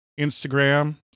Instagram